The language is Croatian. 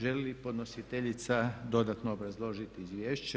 Želi li podnositeljica dodatno obrazložiti izvješće?